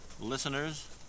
listeners